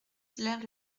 hilaire